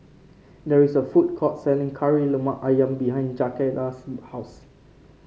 there is a food court selling Kari Lemak ayam behind Jakayla's house